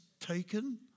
taken